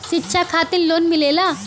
शिक्षा खातिन लोन मिलेला?